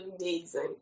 amazing